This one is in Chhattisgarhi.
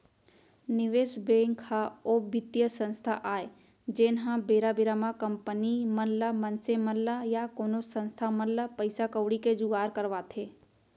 निवेस बेंक ह ओ बित्तीय संस्था आय जेनहा बेरा बेरा म कंपनी मन ल मनसे मन ल या कोनो संस्था मन ल पइसा कउड़ी के जुगाड़ करवाथे